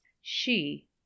She